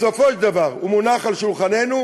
בסופו של דבר הוא מונח על שולחננו,